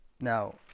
now